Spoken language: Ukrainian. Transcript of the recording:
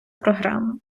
програми